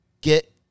get